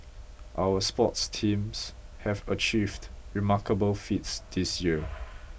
our sports teams have achieved remarkable feats this year